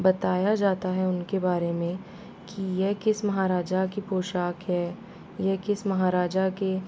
बताया जाता है उनके बारे में कि ये किस महाराज की पोशाक है ये किस महाराजा के